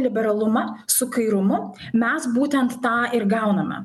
liberalumą su kairumu mes būtent tą ir gauname